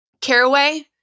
Caraway